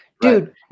dude